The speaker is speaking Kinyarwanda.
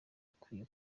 ukwiye